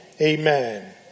Amen